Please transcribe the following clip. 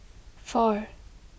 four